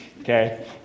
Okay